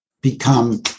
become